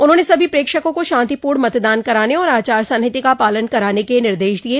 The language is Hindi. उन्होंने सभी प्रेक्षकों को शांतिपूर्ण मतदान कराने और आचार संहिता का पालन कराने के निर्देश दिये